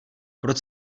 proč